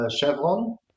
Chevron